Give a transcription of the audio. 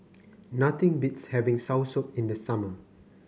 nothing beats having soursop in the summer